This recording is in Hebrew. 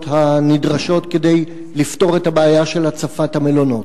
הנדרשות כדי לפתור את הבעיה של הצפת המלונות?